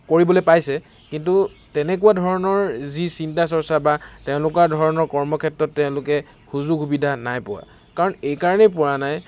কৰিবলৈ পাইছে কিন্তু তেনেকুৱা ধৰণৰ যি চিন্তা চৰ্চা বা তেনেকুৱা ধৰণৰ কৰ্মক্ষেত্ৰত তেওঁলোকে সুযোগ সুবিধা নাই পোৱা কাৰণ এইকাৰণেই পোৱা নাই